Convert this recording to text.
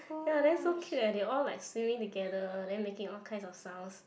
ya then so cute eh they all like swimming together then making all kinds of sounds